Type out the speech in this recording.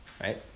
right